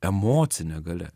emocinė galia